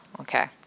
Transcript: okay